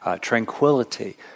Tranquility